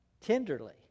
tenderly